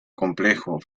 complejo